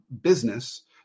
business